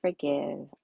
forgive